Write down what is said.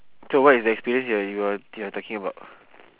so what is the experience that you are you are talking about